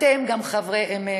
אתם גם חברי אמת.